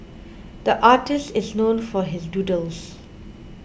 the artist is known for his doodles